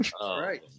Right